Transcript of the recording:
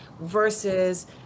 versus